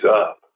up